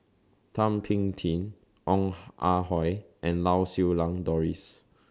Thum Ping Tjin Ong Ah Hoi and Lau Siew Lang Doris